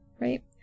right